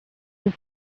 this